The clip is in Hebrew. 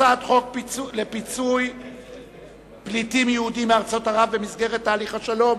הצעת חוק לפיצוי פליטים יהודים מארצות ערב במסגרת תהליך השלום,